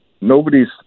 nobody's